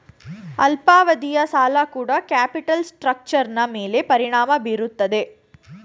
ಅಲ್ಪಾವಧಿಯ ಸಾಲ ಕೂಡ ಕ್ಯಾಪಿಟಲ್ ಸ್ಟ್ರಕ್ಟರ್ನ ಮೇಲೆ ಪರಿಣಾಮ ಬೀರುತ್ತದೆ